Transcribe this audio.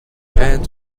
hands